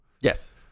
yes